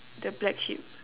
the black sheep